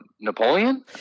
Napoleon